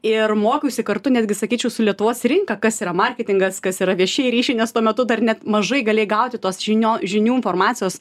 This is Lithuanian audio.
ir mokiausi kartu netgi sakyčiau su lietuvos rinka kas yra marketingas kas yra viešieji ryšiai nes tuo metu dar net mažai galėjai gauti tos žinio žinių informacijos